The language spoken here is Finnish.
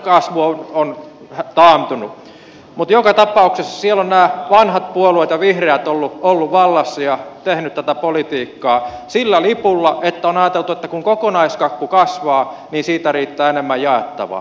mutta joka tapauksessa siellä ovat nämä vanhat puolueet ja vihreät olleet vallassa ja tehneet tätä politiikkaa sillä lipulla että on ajateltu että kun kokonaiskakku kasvaa niin siitä riittää enemmän jaettavaa